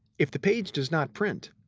if the page does not print,